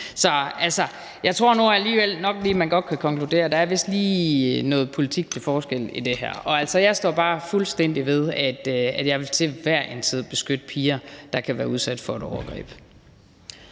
Så jeg tror nu alligevel nok, at man godt kan konkludere, at der vist lige er noget politik til forskel i det her. Og jeg står altså bare fuldstændig ved, at jeg til enhver tid vil beskytte piger, der kan være udsat for et overgreb.